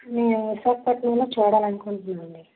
నేను విశాఖపట్నంలో చూడాలనుకుంటున్నానండి